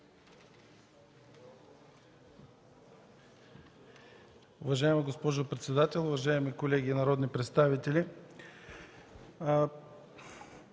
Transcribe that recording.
Уважаема госпожо председател, уважаеми колеги народни представители!